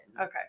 Okay